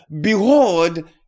behold